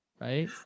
Right